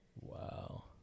Wow